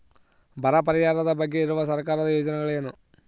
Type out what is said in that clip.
ಬರ ಪರಿಹಾರದ ಬಗ್ಗೆ ಇರುವ ಸರ್ಕಾರದ ಯೋಜನೆಗಳು ಏನು?